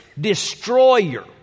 Destroyer